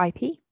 IP